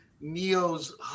Neo's –